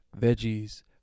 veggies